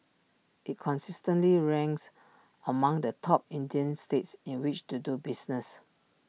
IT consistently ranks among the top Indian states in which to do business